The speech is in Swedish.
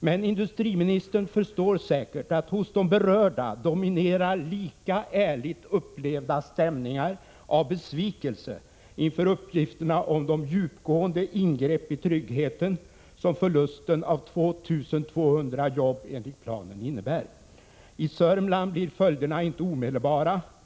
Men industriministern förstår säkert att hos de berörda dominerar lika ärligt upplevda stämningar av besvikelse inför uppgiften om de djupgående ingrepp i tryggheten som förlusten av 2 200 jobb enligt planen innebär, I Sörmland blir följderna inte omedelbara.